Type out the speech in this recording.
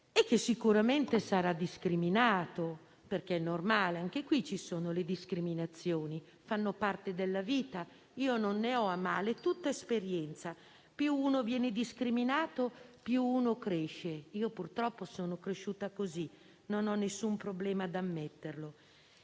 che sicuramente sarà discriminato; è normale, anche qui ci sono le discriminazioni, fanno parte della vita. Personalmente non me la prendo, è tutta esperienza: più si viene discriminati, più si cresce. Purtroppo, sono cresciuta così; non ho alcun problema ad ammetterlo.